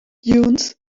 dunes